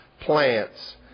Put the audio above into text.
plants